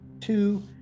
two